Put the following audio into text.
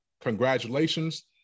congratulations